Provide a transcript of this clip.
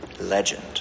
legend